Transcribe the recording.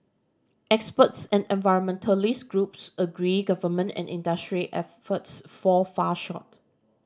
experts and environmentalist groups agree government and industry efforts fall far short